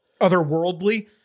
otherworldly